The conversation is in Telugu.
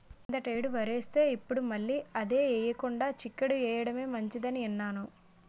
కిందటేడు వరేస్తే, ఇప్పుడు మళ్ళీ అదే ఎయ్యకుండా చిక్కుడు ఎయ్యడమే మంచిదని ఇన్నాను